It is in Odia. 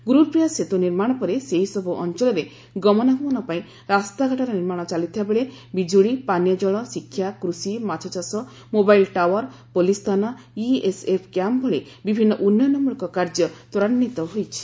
ଗୁର୍ପ୍ରିୟା ସେତୁ ନିର୍ମାଣ ପରେ ସେହି ସବୁ ଅଞ୍ଞଳରେ ଗମନାଗମନ ପାଇଁ ରାସ୍ତାଘାଟର ନିର୍ମାଣ ଚାଲିଥିବା ବେଳେ ବିଜୁଳି ପାନୀୟ ଜଳ ଶିକ୍ଷା କୁଷି ମାଛ ଚାଷ ମୋବାଇଲ ଟାଓ୍ୱାର ପୁଲିସ ଥାନା ଇିଏସ୍ଏଫ୍ କ୍ୟାମ୍ମ ଭଳି ବିଭିନ୍ନ ଉନ୍ନୟନମୂଳକ କାର୍ଯ୍ୟ ତ୍ୱରାନ୍ୱିତ ହୋଇଛି